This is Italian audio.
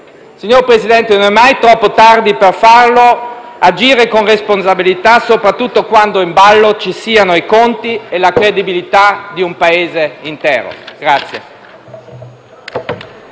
Signor Presidente, non è mai troppo tardi per agire con responsabilità, soprattutto quando in ballo vi siano i conti e la credibilità di un Paese intero.